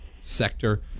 sector